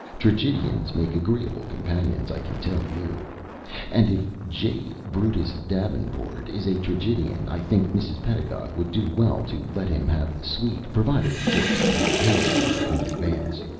tragedians make agreeable companions, i can tell you and if j. brutus davenport is a tragedian, i think mrs. pedagog would do well to let him have the suite, provided, of course, that he pays for it in advance.